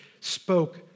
spoke